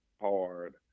hard